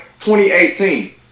2018